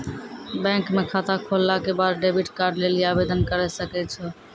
bank म खाता खोलला के बाद डेबिट कार्ड लेली आवेदन करै सकै छौ